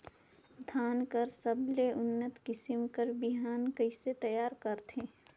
धान कर सबले उन्नत किसम कर बिहान कइसे तियार करथे?